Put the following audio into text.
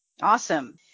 Awesome